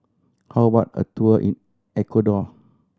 how about a tour in Ecuador